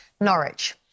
Norwich